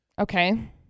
Okay